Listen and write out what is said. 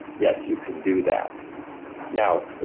yes, you can do that now,